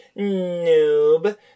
noob